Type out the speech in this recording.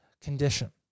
condition